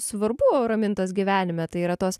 svarbu ramintos gyvenime tai yra tos